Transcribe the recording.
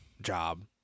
job